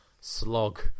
slog